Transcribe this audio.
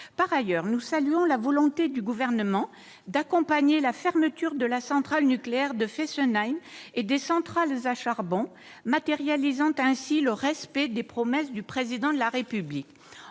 Par ailleurs, nous saluons la volonté du Gouvernement d'accompagner la fermeture de la centrale nucléaire de Fessenheim et des centrales à charbon, matérialisant ainsi le respect des promesses du Président de la République.